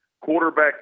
quarterback